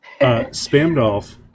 Spamdolf